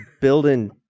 building